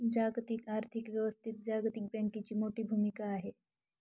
जागतिक आर्थिक व्यवस्थेत जागतिक बँकेची मोठी भूमिका आहे